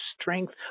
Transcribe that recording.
strength